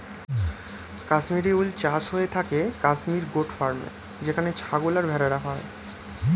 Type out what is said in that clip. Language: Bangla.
কাশ্মীর উল চাষ হয়ে থাকে কাশ্মীর গোট ফার্মে যেখানে ছাগল আর ভেড়া রাখা হয়